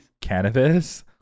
cannabis